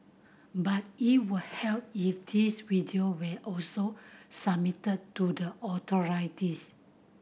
but it would help if these video were also submitted to the authorities